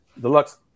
Deluxe